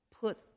put